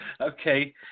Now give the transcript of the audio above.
okay